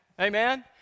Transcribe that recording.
Amen